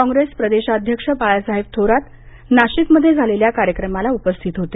कॉंग्रेस प्रदेशाध्यक्ष बाळासाहेब थोरात नाशिकमध्ये झालेल्या कार्यक्रमाला उपस्थित होते